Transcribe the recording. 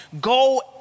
Go